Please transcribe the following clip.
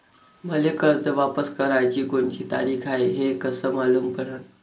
मले कर्ज वापस कराची कोनची तारीख हाय हे कस मालूम पडनं?